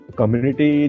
community